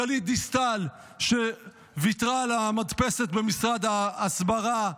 גלית דיסטל, שוויתרה על המדפסת במשרד ההסברה,